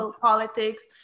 politics